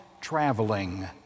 traveling